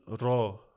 RAW